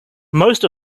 most